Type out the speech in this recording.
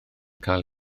cael